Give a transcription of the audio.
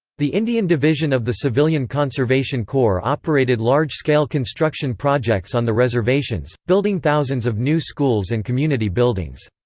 the indian division of the civilian conservation corps operated large-scale construction projects on the reservations, building thousands of new schools and community buildings.